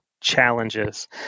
challenges